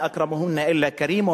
מא אכּרמהן אלא כּרים,